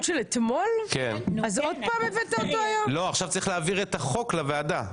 עכשיו צריך להעביר את החוק לוועדה.